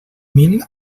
mil